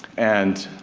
and,